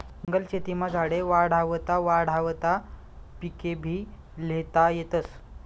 जंगल शेतीमा झाडे वाढावता वाढावता पिकेभी ल्हेता येतस